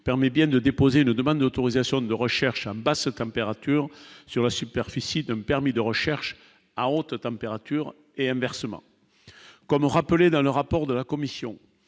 permet bien de déposer une demande d'autorisation de recherche bah ce température sur la superficie d'un permis de recherche a honte, température et inversement comme rappelé dans le rapport de la commission,